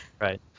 Right